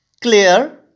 clear